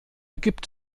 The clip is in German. gibt